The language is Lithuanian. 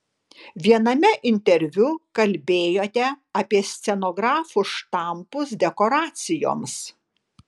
viename interviu kalbėjote apie scenografų štampus dekoracijoms